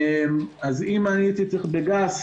אז אם הייתי צריך באופן גס,